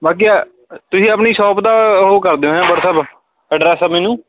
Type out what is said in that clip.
ਬਾਕੀ ਆਹ ਤੁਸੀਂ ਆਪਣੀ ਸ਼ੋਪ ਦਾ ਉਹ ਕਰ ਦਿਓ ਹੈ ਵਟਸਐਪ ਐਡਰੈਸ ਮੈਨੂੰ